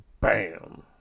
bam